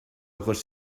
ojos